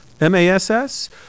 M-A-S-S